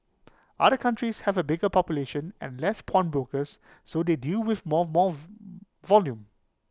other countries have A bigger population and less pawnbrokers so they deal with more more volume